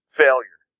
failure